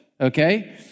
okay